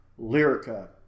Lyrica